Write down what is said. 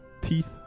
teeth